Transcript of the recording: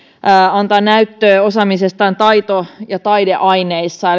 antaa näyttöä osaamisestaan taito ja taideaineissa